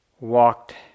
walked